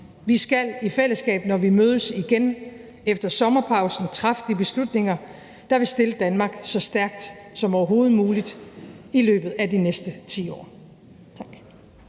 Vi skal i fællesskab, når vi mødes igen efter sommerpausen, træffe de beslutninger, der vil stille Danmark så stærkt som overhovedet muligt i løbet af de næste 10 år.